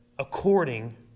according